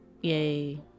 Yay